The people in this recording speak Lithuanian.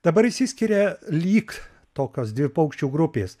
dabar išsiskiria lyg tokios dvi paukščių grupės